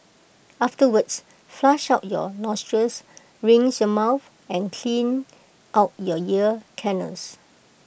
afterwards flush out your nostrils rinse your mouth and clean out you ear canals